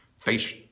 face